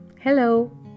Hello